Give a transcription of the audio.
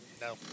No